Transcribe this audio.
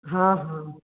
हाँ हाँ